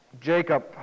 Jacob